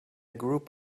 group